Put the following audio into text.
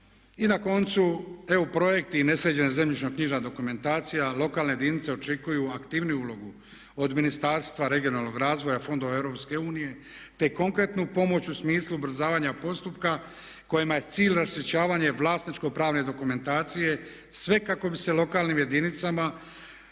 I na koncu EU projekti i nesređena zemljišno knjižna dokumentacija, lokalne jedinice očekuju aktivniju ulogu od Ministarstva regionalnog razvoja, fondova EU te konkretnu pomoć u smislu ubrzavanja postupka kojima je cilj …/Govornik se ne razumije./… vlasničko pravne dokumentacije sve kako bi se lokalnim jedinicama